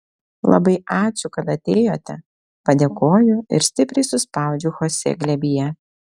labai ačiū kad atėjote padėkoju ir stipriai suspaudžiu chosė glėbyje